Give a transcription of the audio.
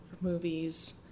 movies